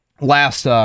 last